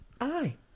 Aye